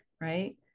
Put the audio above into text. Right